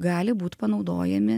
gali būt panaudojami